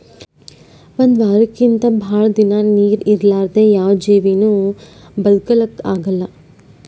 ಒಂದ್ ವಾರಕ್ಕಿಂತ್ ಭಾಳ್ ದಿನಾ ನೀರ್ ಇರಲಾರ್ದೆ ಯಾವ್ ಜೀವಿನೂ ಬದಕಲಕ್ಕ್ ಆಗಲ್ಲಾ